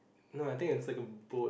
no I think it's like a boat